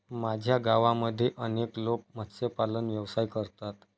माझ्या गावामध्ये अनेक लोक मत्स्यपालन व्यवसाय करतात